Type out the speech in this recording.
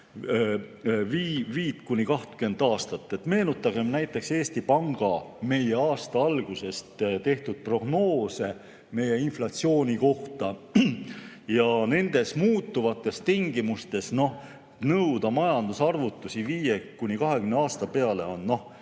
5–20 aastat. Meenutagem näiteks Eesti Panga aasta alguses tehtud prognoose meie inflatsiooni kohta. Nendes muutuvates tingimustes nõuda majandusarvutusi 5–20 aasta peale on